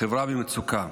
חברה במצוקה.